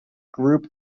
group